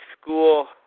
School